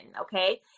okay